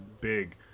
big